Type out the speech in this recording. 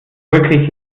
wirklich